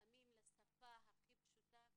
מותאמים לשפה הכי פשוטה,